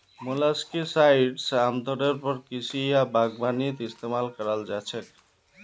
molluscicides आमतौरेर पर कृषि या बागवानीत इस्तमाल कराल जा छेक